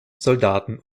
soldaten